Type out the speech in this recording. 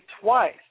twice